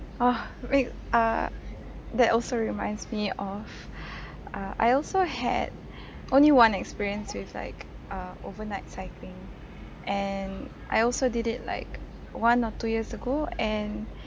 !wah! re~ uh that also reminds me of uh I also had only one experience with like uh overnight cycling and I also did it like one or two years ago and